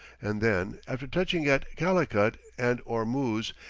and then after touching at calicut and ormuz,